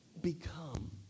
Become